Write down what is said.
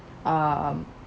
um